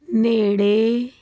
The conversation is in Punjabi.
ਨੇੜੇ